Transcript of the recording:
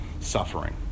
suffering